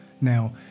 Now